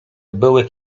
były